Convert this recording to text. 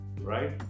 Right